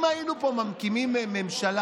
אם היינו פה מקימים ממשלה,